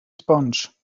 sponge